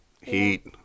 Heat